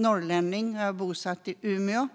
norrlänning och är bosatt i Umeå.